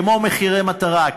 כמו מחירי מטרה,